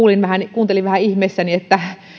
kuuntelin vähän ihmeissäni että